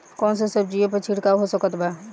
कौन सा सब्जियों पर छिड़काव हो सकत बा?